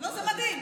לא, זה מדהים.